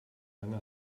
lange